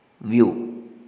view